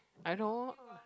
I know